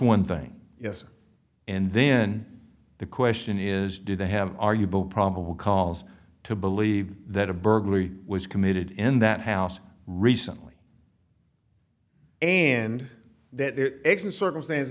one thing yes and then the question is do they have arguable probable cause to believe that a burglary was committed in that house recently and that exit circumstance